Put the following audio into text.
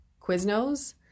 Quiznos